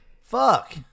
fuck